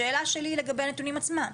השאלה שלי היא לגבי הנתונים עצמם,